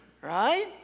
right